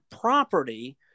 property